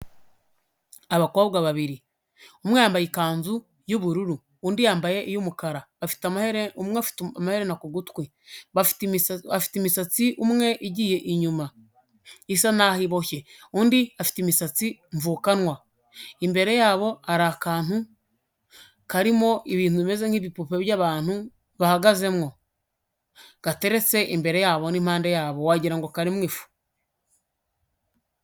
Abakobwa babiri. Umwe yambaye ikanzu y'ubururu undi yambaye iy'umukara afite amaherena ku gutwi. Afite imisatsi umwe igiye inyuma isa n' aho iboshye, undi afite imisatsi mvukanwa. Imbere yabo hari akantu karimo ibintu bimeze nk'ibipupe by'abantu bahagazemwo gateretse imbere yabo n'impande yabo wagirango ngo karirimo ifu.